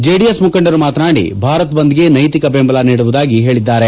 JDS ಮುಖಂಡರು ಮಾತನಾಡಿ ಭಾರತ್ ಬಂದ್ಗೆ ನೈತಿಕ ಬೆಂಬಲ ನೀಡುವುದಾಗಿ ಹೇಳಿದ್ದಾರೆ